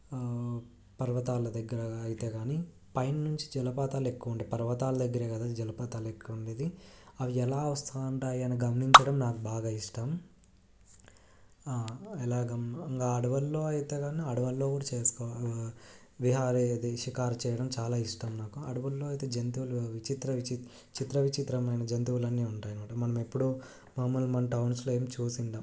పర్వతాల దగ్గర అయితే కానీ పైన నుంచి జలపాతాలు ఎక్కువ ఉంటాయి పర్వతాల దగ్గరే కదా జలపాతాలు ఎక్కువ ఉండేది అవి ఎలా వస్తూ ఉంటాయి అని గమనించడం నాకు బాగా ఇష్టం అలాగా ఇంకా అడవుల్లో అయితే కానీ అడవుల్లో కూడా విహార షికారు చేయడం చాలా ఇష్టం నాకు అడవుల్లో అయితే జంతువులు విచిత్ర చిత్ర విచిత్రమైన జంతువులన్నీ ఉంటాయన్నమాట మనం ఎప్పుడూ మామూలు మన టౌన్స్లో ఎప్పుడూ ఏం చూసి ఉండము